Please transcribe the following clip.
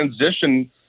transition